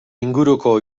inguruko